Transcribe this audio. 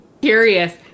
curious